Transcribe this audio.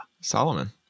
Solomon